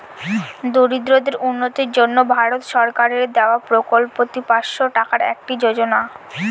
দরিদ্রদের উন্নতির জন্য ভারত সরকারের দেওয়া প্রকল্পিত পাঁচশো টাকার একটি যোজনা